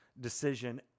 decision